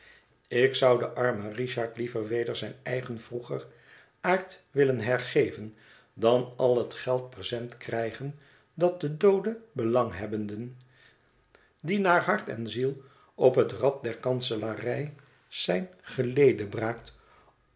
ik zou den armen richard liever weder zijn eigen vroeger aard willen hergeven dan al het geld present krijgen dat de doode belanghebbenden die naar hart en ziel op het rad der kanselarij zijn